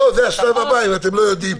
לא, זה השלב הבא אם אתם לא יודעים.